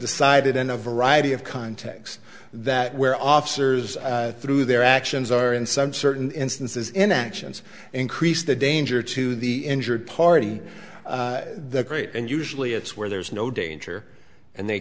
decided in a variety of contexts that where officers through their actions are in some certain instances in actions increase the danger to the injured party the great and usually it's where there's no danger and they